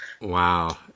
Wow